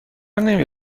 نمی